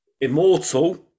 Immortal